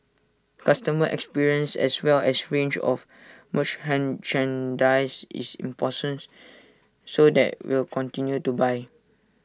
customer experience as well as range of is importance so that will continue to buy